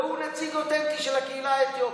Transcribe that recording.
והוא נציג אותנטי של הקהילה האתיופית,